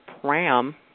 pram